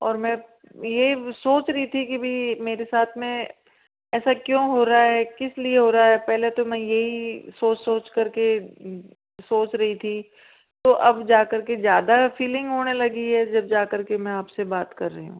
और मैं ये सोच रही थी कि भई मेरे साथ में ऐसा क्यों हो रहा है किस लिए हो रहा है पहले तो मैं यही सोच सोच करके सोच रही थी तो अब जाकर के ज़्यादा फीलिंग होने लगी जब जाकर के मैं आपसे बात कर रही हूँ